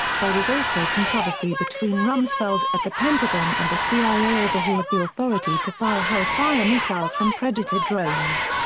there was also controversy between rumsfeld at the pentagon and the cia over who had the authority to fire hellfire missiles from predator drones.